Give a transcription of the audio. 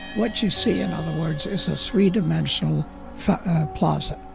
what you see in other words is a three-dimensional plaza,